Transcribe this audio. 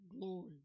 Glory